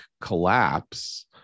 collapse